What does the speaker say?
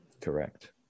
correct